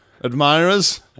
admirers